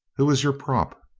who is your prop?